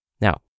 Now